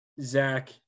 Zach